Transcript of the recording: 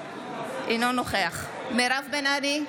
אינו נוכח מירב בן ארי,